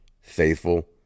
faithful